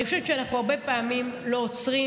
אני חושבת שאנחנו הרבה פעמים לא עוצרים